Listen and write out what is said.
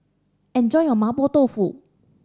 enjoy your Mapo Tofu